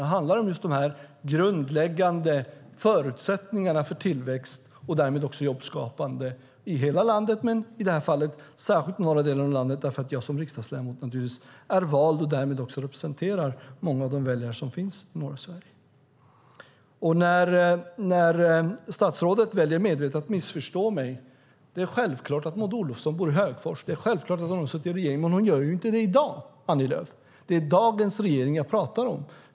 De handlar om de grundläggande förutsättningarna för tillväxt och därmed också jobbskapande i hela landet och i det här fallet särskilt norra delen av landet, därför att jag som riksdagsledamot är vald av och därmed representerar många av de väljare som finns i norra Sverige. Statsrådet väljer medvetet att missförstå mig. Det är självklart att Maud Olofsson bor i Högfors. Det är självklart att hon har suttit i regeringen - men hon gör inte det i dag, Annie Lööf. Det är dagens regering jag pratar om.